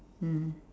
mm